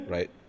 Right